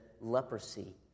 leprosy